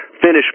finish